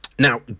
Now